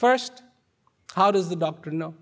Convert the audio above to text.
first how does the doctor kno